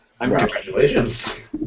congratulations